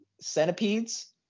centipedes